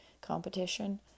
competition